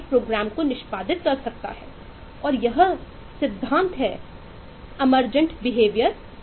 primary memory